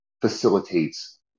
facilitates